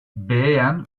behean